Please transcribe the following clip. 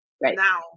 now